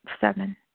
seven